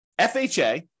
FHA